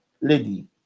lady